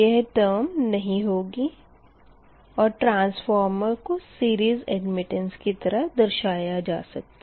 यह टर्म नही होगी और ट्रांसफॉर्मर को सीरीस अडमिट्टेंस की तरह दर्शाया जा सकता है